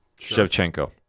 Shevchenko